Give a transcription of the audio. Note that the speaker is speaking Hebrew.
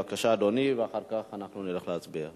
בבקשה, אדוני, ואחר כך אנחנו נלך להצביע.